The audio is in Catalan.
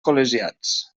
col·legiats